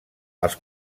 els